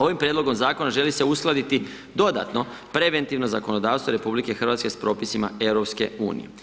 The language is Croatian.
Ovim prijedlogom zakona želi se uskladiti dodatno, preventivno zakonodavstvo RH sa propisima EU.